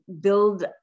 build